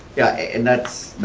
yeah, and that's